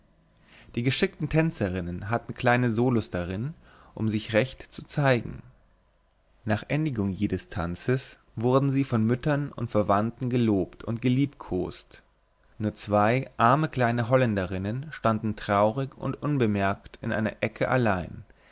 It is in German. die geschickten tänzerinnen hatten kleine solos darin um sich recht zu zeigen nach endigung jedes tanzes wurden sie von müttern und verwandten gelobt und geliebkost nur zwei arme kleine holländerinnen standen traurig und unbemerkt in einer ecke allein